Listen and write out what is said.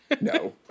No